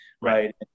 Right